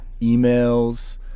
emails